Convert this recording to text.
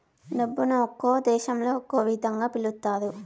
డబ్బును ఒక్కో దేశంలో ఒక్కో ఇదంగా పిలుత్తారు